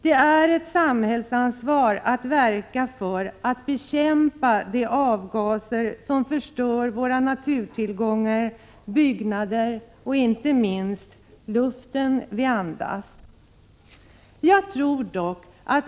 Det är ett samhällsansvar att verka för en bekämpning av de avgaser som förstör våra naturtillgångar, byggnader och inte minst den luft vi andas.